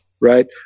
right